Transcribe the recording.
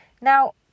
Now